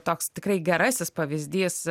toks tikrai gerasis pavyzdys